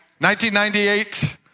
1998